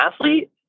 athlete